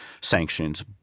sanctions